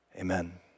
Amen